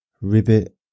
Ribbit